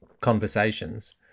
conversations